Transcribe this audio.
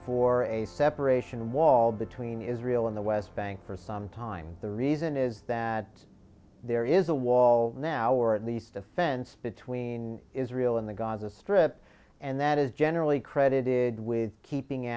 for a separation wall between israel and the west bank for some time the reason is that there is a wall now or at least a fence between israel and the gaza strip and that is generally credited with keeping